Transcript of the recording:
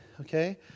okay